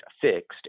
fixed